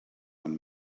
one